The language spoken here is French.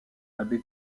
abbé